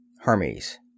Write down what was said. Hermes